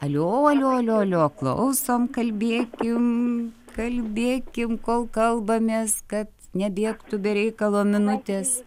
alio alio klausom kalbėkim kalbėkim kol kalbamės kad nebėgtų be reikalo minutės